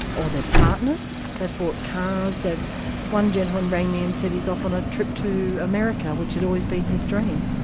or their partners they've bought cars one gentleman rang me and said he's off on a trip to america which had always been his dream.